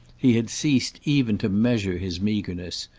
he had ceased even to measure his meagreness,